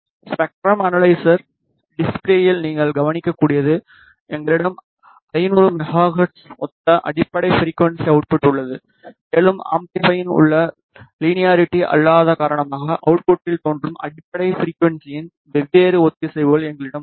spectrum analyser டிஸ்ப்ளேயில் நீங்கள் கவனிக்கக்கூடியது எங்களிடம் 500 மெகா ஹெர்ட்ஸுடன் ஒத்த அடிப்படை ஃபிரிக்குவன்ஸி அவுட்புட்உள்ளது மேலும் அம்பிளிபையின் உள்ள லீனியரிட்டி அல்லாத காரணமாக அவுட்புட்டில் தோன்றும் அடிப்படை ஃபிரிக்குவன்ஸின் வெவ்வேறு ஒத்திசைவுகள் எங்களிடம் உள்ளன